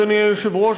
אדוני היושב-ראש,